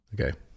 okay